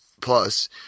plus